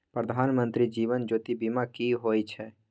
प्रधानमंत्री जीवन ज्योती बीमा की होय छै?